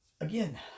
Again